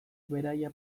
beraia